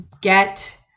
get